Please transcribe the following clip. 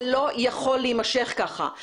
זה לא יכול להמשך ככה.